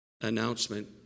announcement